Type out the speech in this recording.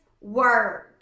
word